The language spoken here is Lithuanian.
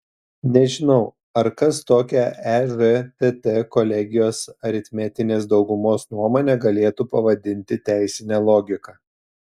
nežinau ar kas tokią ežtt kolegijos aritmetinės daugumos nuomonę galėtų pavadinti teisine logika